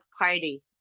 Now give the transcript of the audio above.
party